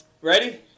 Ready